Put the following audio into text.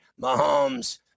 Mahomes